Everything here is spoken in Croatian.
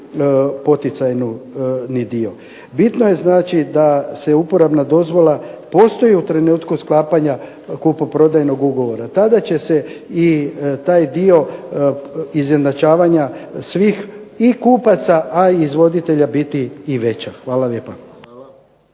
poticajni dio. Bitno je znači da uporabna dozvola postoji u trenutku sklapanja kupoprodajnoga ugovora i tada će se taj izjednačavanja svih i kupaca a i izvoditelja biti i veća. Hvala lijepa.